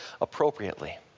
appropriately